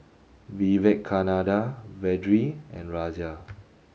Vivekananda Vedre and Razia